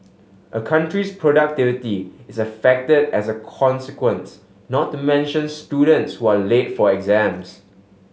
a country's productivity is affected as a consequence not to mention students who are late for exams